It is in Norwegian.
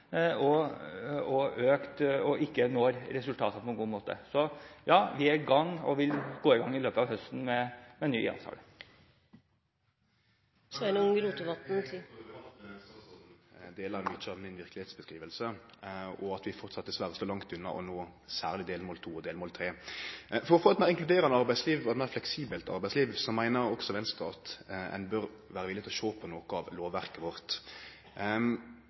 og fører til at vi ikke når resultatene på en god måte. Så vi er i gang, og vi vil gå i gang i løpet av høsten med en ny IA-avtale. Det er godt å høyre at statsråden deler mykje av mi beskriving av verkelegheita – at vi framleis dessverre står langt unna å nå særleg delmål 2 og delmål 3. For å få eit meir inkluderande arbeidsliv og eit meir fleksibelt arbeidsliv meiner også Venstre at ein bør vere villig til å sjå på noko av lovverket vårt.